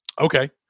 Okay